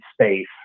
space